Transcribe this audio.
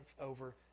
over